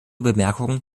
bemerkungen